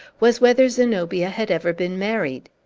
was, whether zenobia had ever been married.